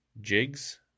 jigs